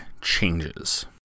changes